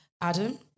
Adam